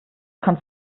kommt